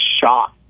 shocked